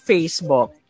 Facebook